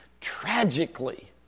Tragically